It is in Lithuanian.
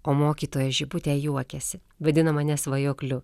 o mokytoja žibutė juokiasi vadina mane svajokliu